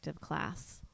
class